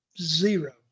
Zero